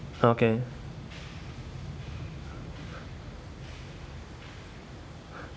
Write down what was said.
okay